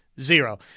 Zero